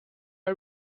you